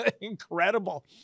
Incredible